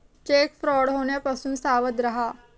check fraud होण्यापासून सावध रहा